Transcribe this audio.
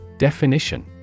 Definition